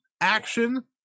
action